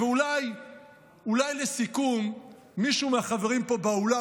ואולי לסיכום מישהו מהחברים פה באולם